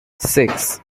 six